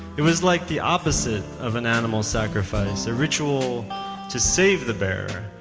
it was like the opposite of and animal sacrifice. a ritual to save the bear,